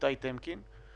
איתי טמקין,